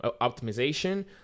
optimization